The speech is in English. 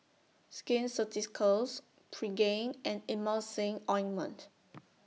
Skin Ceuticals Pregain and Emulsying Ointment